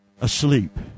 asleep